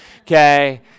Okay